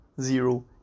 zero